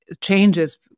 changes